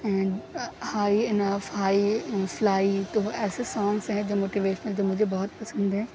high enough high and fly تو ایسے songs ہیں جو موٹیویشنل ہیں جو مجھے بہت پسند ہیں